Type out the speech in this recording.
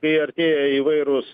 kai artėja įvairūs